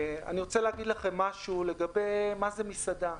אני רוצה להסביר מה זה מסעדה: